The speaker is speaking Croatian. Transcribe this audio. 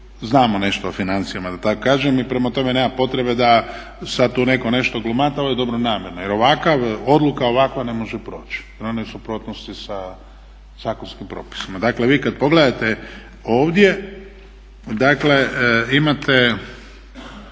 znamo nešto o financijama da tako kažem i prema tome nema potrebe da sad tu neko nešto glumata. Ovo je dobronamjerno. Jer ovakva odluka ne može proći jer ona je u suprotnosti sa zakonskim propisima. Dakle vi kad pogledate ovdje dakle